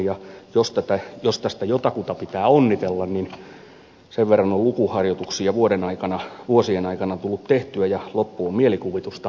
ja jos tästä jota kuta pitää onnitella niin sen verran on lukuharjoituksia vuosien aikana tullut tehtyä ja loppuun mielikuvitusta